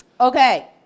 Okay